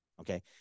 Okay